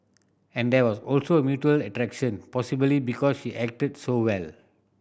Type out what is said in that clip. and there was also mutual attraction possibly because she acted so well